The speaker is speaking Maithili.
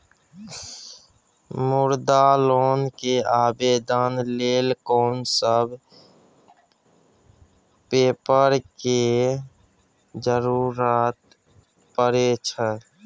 मुद्रा लोन के आवेदन लेल कोन सब पेपर के जरूरत परै छै?